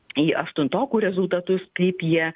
į aštuntokų rezultatus kaip jie